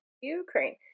ukraine